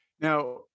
now